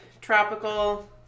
tropical